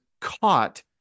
caught